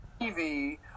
TV